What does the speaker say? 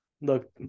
look